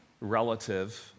relative